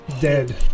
Dead